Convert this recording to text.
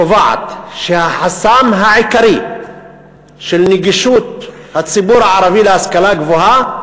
קובעת שהחסם העיקרי של נגישות ההשכלה הגבוהה